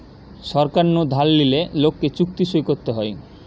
সরকার নু ধার লিলে লোককে চুক্তি সই করতে হয়